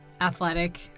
athletic